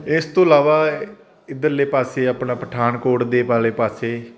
ਇਸ ਤੋਂ ਇਲਾਵਾ ਇਧਰਲੇ ਪਾਸੇ ਆਪਣਾ ਪਠਾਨਕੋਟ ਦੇ ਵਾਲੇ ਪਾਸੇ